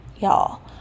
y'all